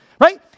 right